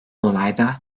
olayda